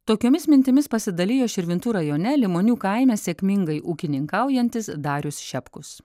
tokiomis mintimis pasidalijo širvintų rajone limonių kaime sėkmingai ūkininkaujantis darius šepkus